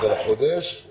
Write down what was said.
לחודש